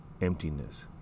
emptiness